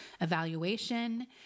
evaluation